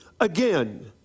again